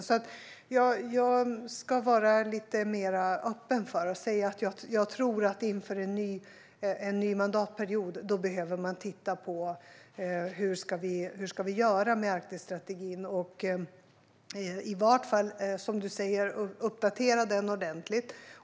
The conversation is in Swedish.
Så jag ska vara lite mer öppen och säga att jag tror att man inför en ny mandatperiod behöver titta på hur vi ska göra med Arktisstrategin och i vart fall, som du säger, uppdatera den ordentligt.